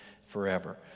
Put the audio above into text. forever